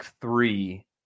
three